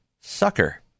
Sucker